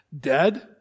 dead